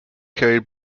carried